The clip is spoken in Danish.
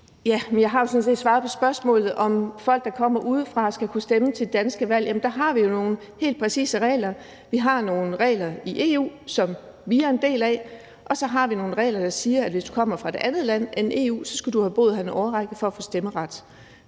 set svaret på spørgsmålet om, hvorvidt folk, der kommer udefra, skal kunne stemme til danske valg – der har vi jo nogle helt præcise regler. Vi har nogle regler i EU, som vi er en del af, og så har vi nogle regler, der siger, at hvis du kommer fra et andet land end EU, skal du have boet her i en årrække for at få stemmeret.